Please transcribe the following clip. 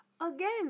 Again